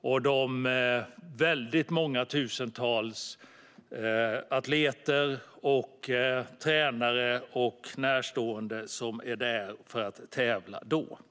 och de många tusen idrottare, tränare och närstående som kommer för att delta i den till Åre Östersund.